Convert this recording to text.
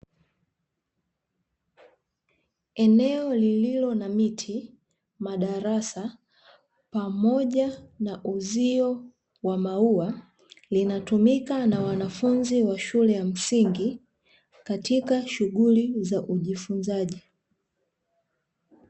Eneo lililo na miti, madarasa pamoja na uzio wa maua linatumika na wanafunzi wa shule ya msingi katika shughuli za ujifunzaji.